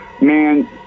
Man